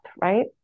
right